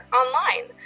online